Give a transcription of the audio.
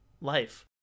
life